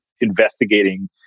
investigating